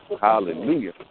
Hallelujah